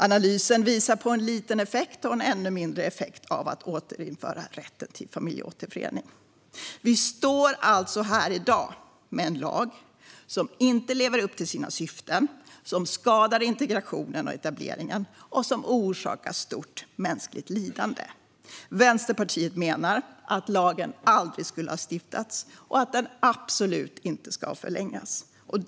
Analysen visar på en liten effekt och en ännu mindre effekt av att återinföra rätten till familjeåterförening. Vi står alltså här i dag med en lag som inte lever upp till sina syften, som skadar integrationen och etableringen och orsakar stort mänskligt lidande. Vänsterpartiet menar att lagen aldrig skulle ha stiftats och att den absolut inte ska förlängas.